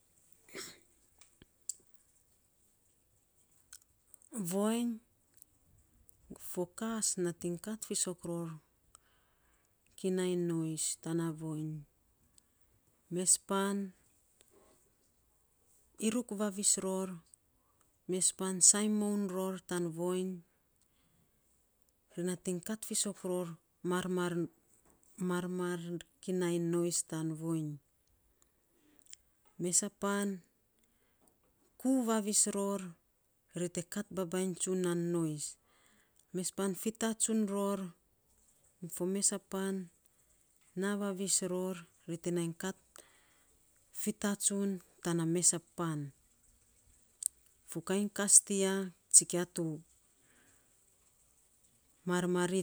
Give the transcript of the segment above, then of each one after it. voiny fo kas natiny kat fiisok ror kinai nois. Tana viny mes pan iruk vavis ror. Mespan sainy moun ror tan voiny te natiny kat fiisok ror, ri te kat fiisok ror marmar marmar kinai nois tan voiny mesapan kuu vavis ror, ri te kat babainy tsun non nois, mesapan fifatsuts ror fo mesapan naa vavis ror ri te nai kat fitatsun tana mesapan. Naa vavis ror ri te nai kat fitatsun tana mesapan. Fo kain kas tiya sikia tu marimari,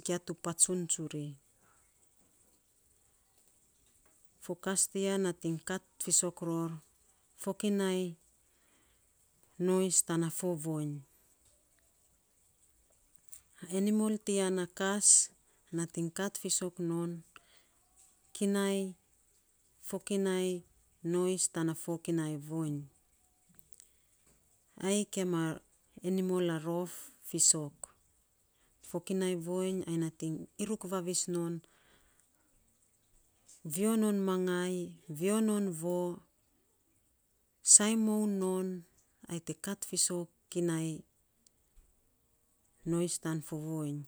sikia to patsun tsuri, fo kas tiya natiny kat fiisok ror fokinai nois, tana fo voiny a enimol to ya na kas nating kat fiisok kinai, fokinai nois tana fokinai voiny ai enimol a rof fiisok fokinai voiny, ai nating iruk vavis non vio non mangai vio no voo sainy moun non, ai te kat fiisok nois tan fo voiny.